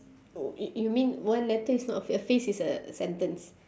oh y~ you mean one letter is not a ph~ phrase it's a sentence